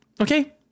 Okay